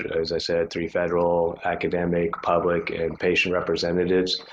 as i said, three federal academic, public, and patient representatives.